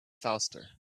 faster